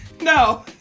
No